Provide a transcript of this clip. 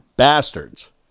Bastards